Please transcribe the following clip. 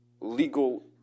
legal